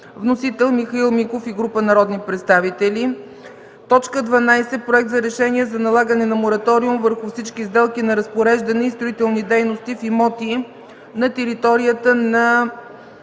Вносители – Михаил Миков и група народни представители. 12. Проект за решение за налагане на мораториум върху всички сделки на разпореждане и строителни дейности в имоти на територията на